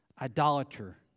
idolater